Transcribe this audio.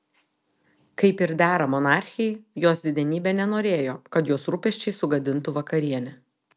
kaip ir dera monarchei jos didenybė nenorėjo kad jos rūpesčiai sugadintų vakarienę